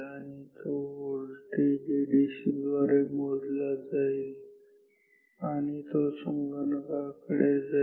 आणि तो voltage ADC द्वारे मोजला जाईल आणि तो संगणकाकडे जाईल